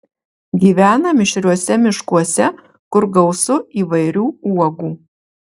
gyvena mišriuose miškuose kur gausu įvairių uogų